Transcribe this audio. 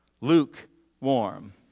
lukewarm